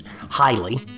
Highly